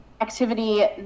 activity